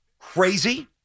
crazy